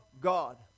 God